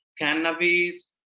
cannabis